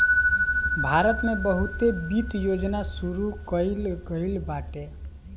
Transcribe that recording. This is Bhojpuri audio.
भारत में बहुते वित्त योजना शुरू कईल गईल बाटे